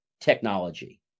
technology